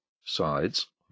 sides